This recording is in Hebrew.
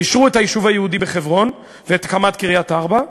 ואישרו את היישוב היהודי בחברון ואת הקמת קריית-ארבע,